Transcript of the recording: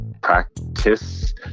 practice